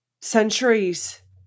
centuries